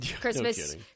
Christmas